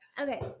Okay